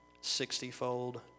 sixtyfold